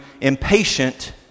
impatient